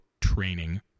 training